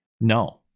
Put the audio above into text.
No